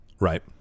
Right